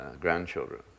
grandchildren